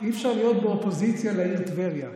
אי-אפשר להיות באופוזיציה לעיר טבריה.